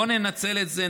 בואו ננצל את זה,